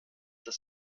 ist